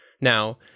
Now